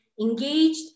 engaged